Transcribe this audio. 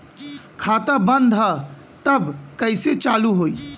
खाता बंद ह तब कईसे चालू होई?